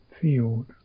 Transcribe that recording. field